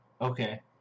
Okay